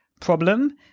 problem